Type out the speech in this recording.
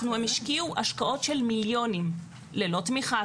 הם השקיעו השקעות של מיליונים, ללא תמיכה.